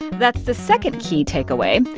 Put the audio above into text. that's the second key takeaway.